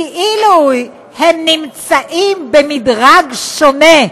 כאילו הם נמצאים במדרג שונה,